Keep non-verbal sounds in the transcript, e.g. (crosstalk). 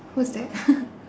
who's that (laughs)